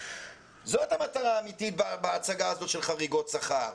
זאת המטרה האמיתית בהצגה הזו של חריגות שכר,